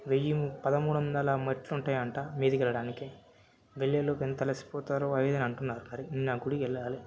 వెయ్యి పదమూడొందల మెట్లుంటాయాంట మీదికెళ్ళడానికి వెళ్ళే లోపు ఎంత అలసిపోతారో అది ఇదనంటున్నారు అరే నేనా గుడికెళ్ళాలే